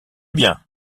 bien